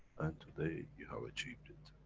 and today you have achieved it.